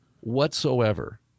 whatsoever